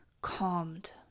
calmed